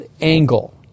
angle